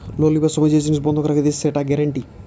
loan লিবার সময় যে জিনিস বন্ধক রাখতিছে সেটা গ্যারান্টি